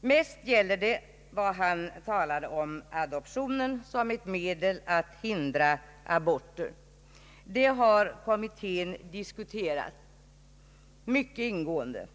Främst gäller det vad han sade om adoptionen som ett medel att hindra aborter, något som kommittén har diskuterat mycket ingående.